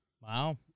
Wow